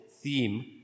theme